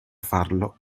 farlo